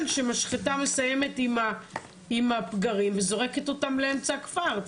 שמשחטה מסיימת עם הפגרים וזורקת אותם לאמצע הכפר.